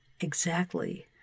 Exactly